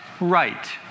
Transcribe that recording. right